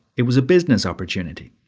it was a business opportunity.